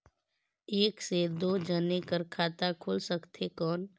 एक से दो जने कर खाता खुल सकथे कौन?